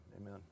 amen